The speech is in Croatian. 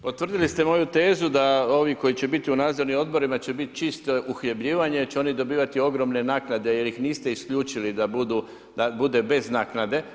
Potvrdili ste moju tezu da ovi koji će biti u Nadzornim odborima će biti čisto uhljebljivanje jer će oni dobivati ogromne naknade jer ih niste isključili da bude bez naknade.